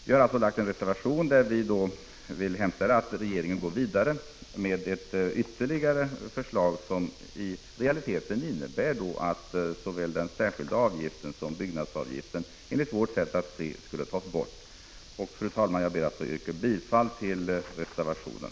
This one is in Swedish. Vi har alltså lagt en reservation i vilken vi hemställer att regeringen arbetar vidare med ett ytterligare förslag som i realiteten skulle innebära att såväl den särskilda avgiften som byggnadsavgiften skulle tas bort. Fru talman! Jag ber att få yrka bifall till reservationen.